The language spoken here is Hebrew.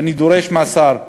ואני דורש מהשר,